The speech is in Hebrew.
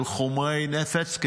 של חומרי נפץ,